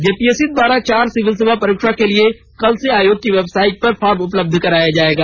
JPSC द्वारा चार civil सेवा परीक्षा के लिए कल से आयोग की वेबसाइट पर फार्म उपलब्ध कराया जायेगा